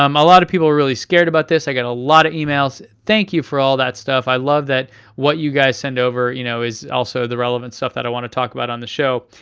um a lot of people are really scared about this, i got ah lot of emails. thank you for all that stuff, i love that what you guys send over you know is also the relevant stuff i i want to talk about on the show.